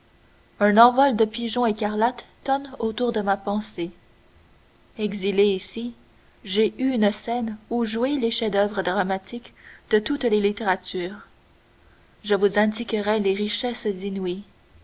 un envol de pigeons écarlates tonne autour de ma pensée exilé ici j'ai eu une scène où jouer les chefs-d'oeuvre dramatiques de toutes les littératures je vous indiquerais les richesses inouïes